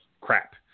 crap